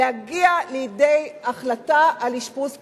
להגיע לידי החלטה על אשפוז כפוי.